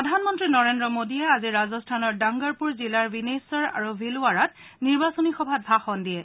প্ৰধানমন্ত্ৰী নৰেন্দ্ৰ মোদীয়ে আজি ৰাজস্থানৰ ডাঙ্গৰপুৰ জিলাৰ বিনেশ্বৰ আৰু ভিলৱাড়াত নিৰ্বাচনী সভাত ভাষণ দিয়ে